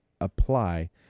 apply